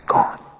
gone